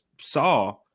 saw